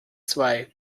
zwei